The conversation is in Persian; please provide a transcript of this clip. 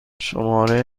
شماره